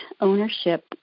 ownership